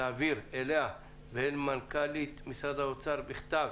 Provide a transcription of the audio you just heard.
להעביר אליה ואל מנכ"לית משרד האוצר בכתב